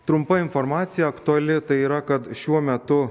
trumpa informacija aktuali tai yra kad šiuo metu